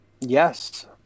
Yes